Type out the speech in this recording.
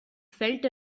felt